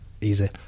easy